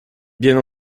bien